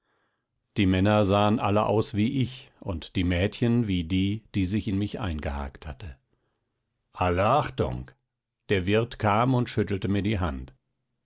die männer sahen alle aus wie ich und die mädchen wie die die sich in mich eingehakt hatte alle achtung der wirt kam und schüttelte mir die hand